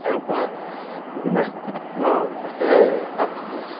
আৰু মই বিভিন্ন বিভিন্ন এই আপোনাৰ